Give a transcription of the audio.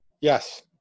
yes